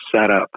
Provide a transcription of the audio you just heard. setup